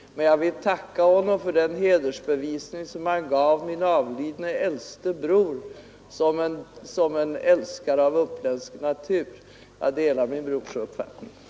Men jag vill tacka honom för den hedersbevisning som han gav min avlidne äldste bror som en älskare av uppländsk natur. Jag delar min brors inställning.